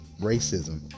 racism